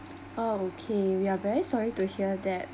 oh okay we are very sorry to hear that